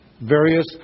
various